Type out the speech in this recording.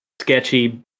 sketchy